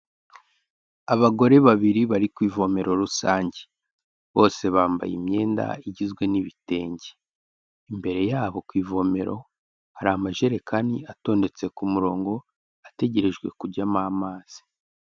Abagore babiri bari ku ivomero rusange, bose bambaye imyenda igizwe n'ibitenge, imbere yabo ku ivomero hari amajerekani atondetse ku murongo, ategerejwe kujyamo amazi.